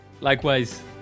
Likewise